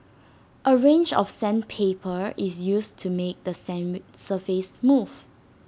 A range of sandpaper is used to make the same surface smooth